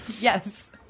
Yes